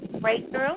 breakthrough